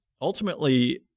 ultimately